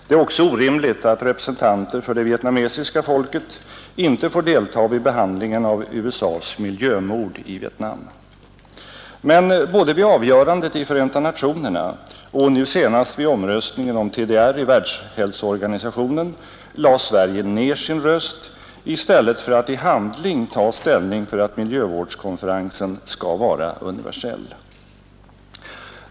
Det är också orimligt att representanter för det vietnamesiska folket inte får delta vid behandlingen av USA:s miljömord i Men både vid avgörandet i Förenta nationerna och nu senast vid omröstningen om TDR i Världshälsoorganisationen lade Sverige ned sin röst i stället för att i handling ta ställning för att miljövårdskonferensen skall vara universell.